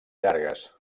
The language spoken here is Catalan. llargues